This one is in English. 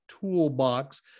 toolbox